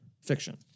fiction